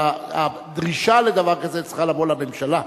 אבל הדרישה לדבר כזה צריכה לבוא לממשלה,